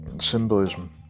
symbolism